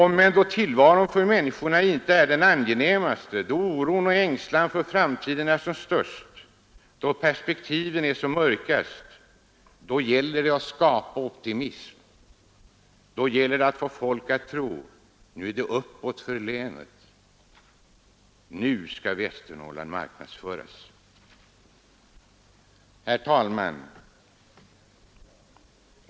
Men då tillvaron för människorna inte är den angenämaste, då oron och ängslan för framtiden är som störst, då perspektiven är som mörkast, då gäller det att skapa optimism. Då gäller det att få folk att tro: Nu är det uppåt för länet. Nu skall Västernorrland marknadsföras. Herr talman!